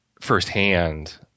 firsthand